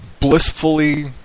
blissfully